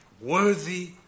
worthy